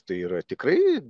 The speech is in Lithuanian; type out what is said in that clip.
tai yra tikrai